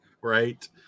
Right